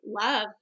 love